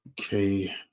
Okay